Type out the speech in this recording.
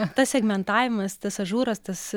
tas segmentavimas tas ažūras tas